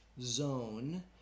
zone